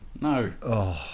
No